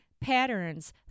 patterns